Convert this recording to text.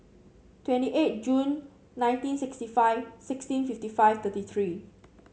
twenty eight June nineteen sixty five sixteen fifty five thirty three